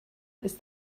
ist